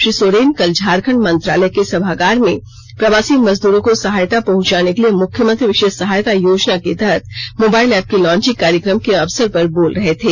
श्री सोरेन कल झारखंड मंत्रालय के सभागार में प्रवासी मजदूरों को सहायता पहुंचाने के लिए मुख्यमंत्री विषेष सहायता योजना के तहत मोबाईल एप्प के लॉचिंग कार्यक्रम के अवसर पर बोल रहे थे